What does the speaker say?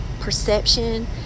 perception